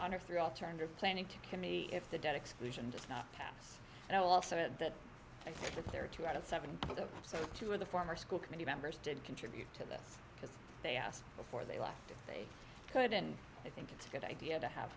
or through alternative planning to kill me if the debt exclusion does not pass and also that i think that there are two out of seven so two of the former school committee members did contribute to this because they asked before they left if they could and i think it's a good idea to have